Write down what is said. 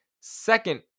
second